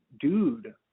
dude